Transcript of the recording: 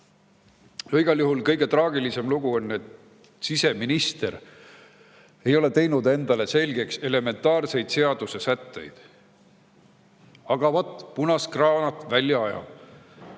Igal juhul on kõige traagilisem lugu see, et siseminister ei ole teinud endale selgeks elementaarseid seadusesätteid. Aga vaat punast kraanat ta välja ajab.